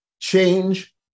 change